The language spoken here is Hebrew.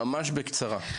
ממש בקצרה.